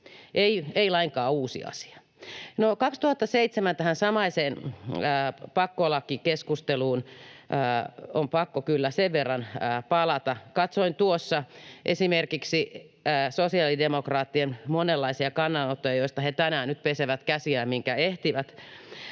ei lainkaan uusi asia. No, tähän samaiseen pakkolakikeskusteluun 2007 on pakko kyllä sen verran palata, että katsoin tuossa esimerkiksi sosiaalidemokraattien monenlaisia kannanottoja, joista he tänään nyt pesevät käsiään, minkä ehtivät.